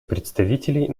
представителей